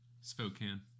Spokane